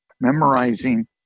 memorizing